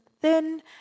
thin